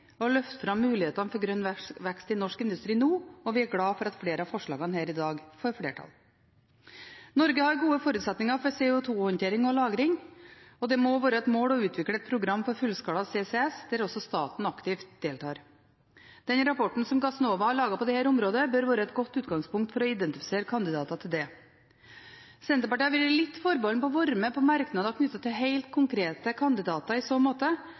løfte fram mulighetene for grønn vekst i norsk industri nå, og vi er glad for at flere av forslagene her i dag får flertall. Norge har gode forutsetninger for CO2-håndtering og -lagring, og det må være et mål å utvikle et program for fullskala CCS der også staten deltar aktivt. Den rapporten som Gassnova har laget på dette området, bør være et godt utgangspunkt for å identifisere kandidater til det. Senterpartiet har vært litt forbeholden med å være med på merknader knyttet til helt konkrete kandidater i så måte,